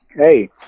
hey